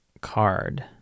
card